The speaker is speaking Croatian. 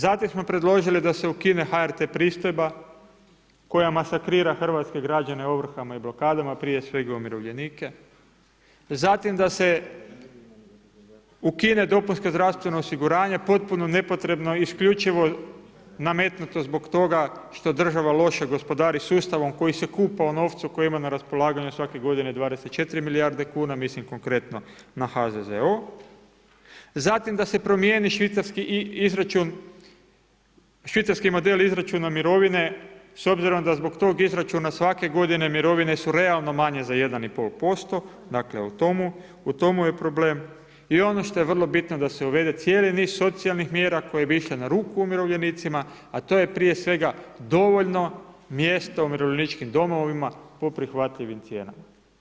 Zatim smo predložili da se ukine HRT pristojba koja masakrira hrvatske građane ovrhama i blokadama, prije svega umirovljenike, zatim da se ukine dopunsko zdravstveno osiguranje potpuno nepotrebno, isključivo nametnuto zbog toga što država loše gospodari sustavom koji se kupa u novcu koji ima na raspolaganje svake godine 24 milijarde kuna, mislim konkretno na HZZO, zatim da se promijeni švicarski model izračuna mirovine s obzirom da zbog tog izračuna svake godine mirovine su realno manje za 1,5%, dakle o tomu je problem i ono što je vrlo bitno da se uvede cijeli niz socijalnih mjera koje bi išle na ruku umirovljenicima, a to je prije svega dovoljno mjesta u umirovljeničkim domovima po prihvatljivim cijenama.